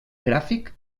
gràfic